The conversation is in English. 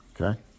okay